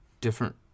different